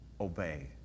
obey